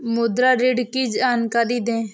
मुद्रा ऋण की जानकारी दें?